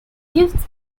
gifts